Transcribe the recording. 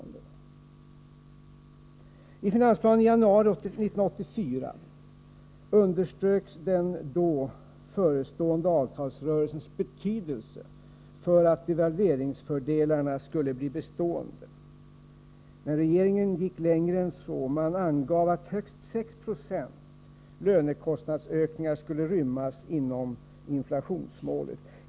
positionen I finansplanen i januari 1984 underströks den då förestående avtalsrörelsens betydelse för att devalveringsfördelarna skulle bli bestående. Men regeringen gick längre än så — den angav att högst 6-procentiga lönekostnadsökningar skulle rymmas inom inflationsmålet.